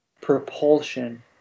propulsion